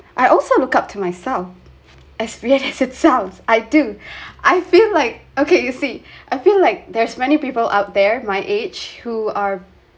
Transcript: I also look up to myself experience itself I do I feel like okay you see I feel like there's many people out there my age who are